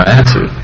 answer